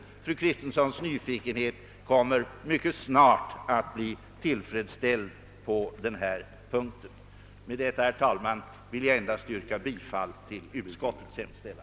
Fru Kristenssons nyfikenhet kommer mycket snart att bli tillfredsställd på denna punkt. Med detta, herr talman, vill jag endast yrka bifall till utskottets hemställan.